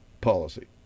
policy